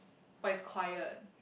but is quiet